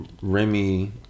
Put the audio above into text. Remy